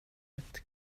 ett